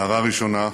הערה ראשונה: